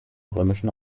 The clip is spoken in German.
römischen